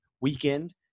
weekend